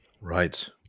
Right